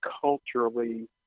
culturally